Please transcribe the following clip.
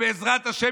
ובעזרת השם,